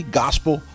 gospel